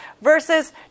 versus